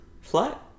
Flat